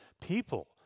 people